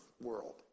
world